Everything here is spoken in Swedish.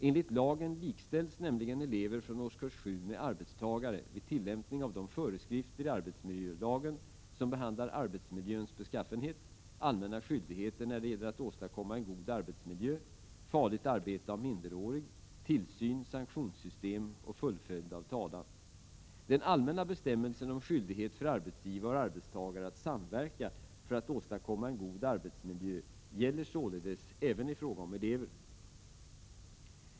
Enligt lagen likställs nämligen elever från årskurs 7 med arbetstagare vid tillämpning av de föreskrifter i arbetsmiljölagen som behandlar arbetsmiljöns beskaffenhet, allmänna skyldigheter när det gäller att åstadkomma en god arbetsmiljö, farligt arbete av minderårig, tillsyn, sanktionssystem och fullföljd av talan. Den allmänna bestämmelsen om skyldighet för arbetsgivare och arbetstagare att samverka för att åstadkomma en god arbetsmiljö gäller således även i fråga om elever.